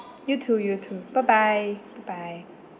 you too you too bye bye bye bye